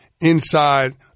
inside